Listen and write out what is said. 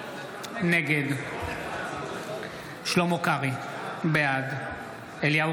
נגד שלמה קרעי, בעד אליהו